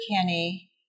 Kenny